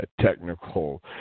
technical